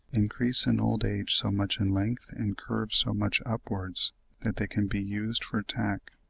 increase in old age so much in length and curve so much upwards that they can be used for attack.